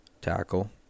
tackle